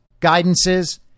guidances